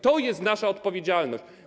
To jest nasza odpowiedzialność.